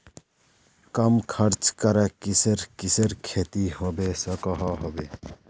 कम खर्च करे किसेर किसेर खेती होबे सकोहो होबे?